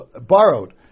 borrowed